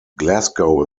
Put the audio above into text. glasgow